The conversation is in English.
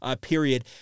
period